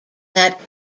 that